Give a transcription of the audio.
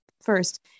First